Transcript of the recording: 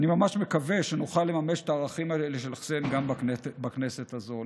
אני ממש מקווה שנוכל לממש את הערכים האלה של חסיין גם בכנסת הזו.